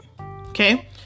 okay